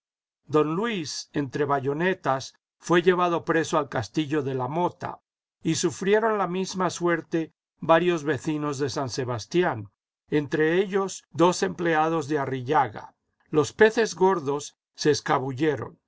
don luis entre bayonetas fué llevado preso al castillo de la mota y sufrieron la misma suerte varios vecinos de san sebastián entre ellos dos empleados de arrillaga los peces gordos se escabulleron